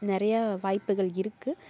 நிறைய வாய்ப்புகள் இருக்குது